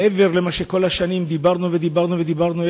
מעבר למה שדיברנו ודיברנו כל השנים